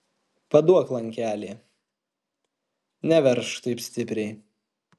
paduok lankelį neveržk taip stipriai